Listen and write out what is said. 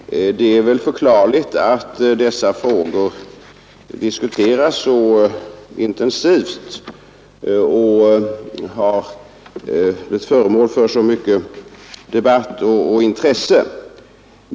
Herr talman! Det är väl förklarligt att dessa frågor diskuteras så intensivt och har blivit föremål för så mycket intresse.